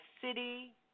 city